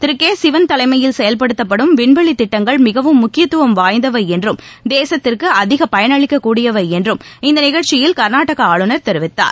திரு K Sivan தலைமையில் செயல்படுத்தப்படும் விண்வெளி திட்டங்கள் மிகவும் முக்கியத்துவம் வாய்ந்தவை என்றும் தேசத்திற்கு அதிக பயனளிக்கக்கூடியவை என்றும் இந்த நிகழ்ச்சியில் கர்நாடகா ஆளுநர் தெரிவித்தார்